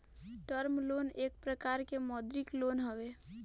term loan एक प्रकार के मौदृक लोन हवे